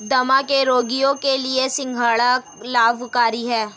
दमा के रोगियों के लिए सिंघाड़ा लाभकारी है